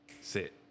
sit